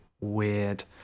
weird